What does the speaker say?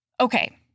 Okay